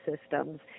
systems